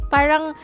Parang